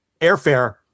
airfare